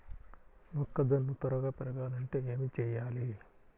మొక్కజోన్న త్వరగా పెరగాలంటే ఏమి చెయ్యాలి?